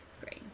Great